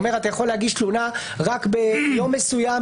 הוא אומר: אתה יכול להגיש תלונה רק ביום מסוים,